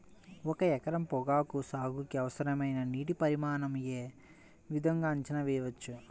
ఒక ఎకరం పొగాకు సాగుకి అవసరమైన నీటి పరిమాణం యే విధంగా అంచనా వేయవచ్చు?